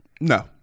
No